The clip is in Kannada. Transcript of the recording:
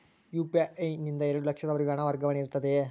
ಯು.ಪಿ.ಐ ನಿಂದ ಎರಡು ಲಕ್ಷದವರೆಗೂ ಹಣ ವರ್ಗಾವಣೆ ಇರುತ್ತದೆಯೇ?